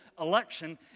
election